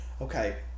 okay